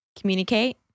communicate